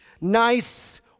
nice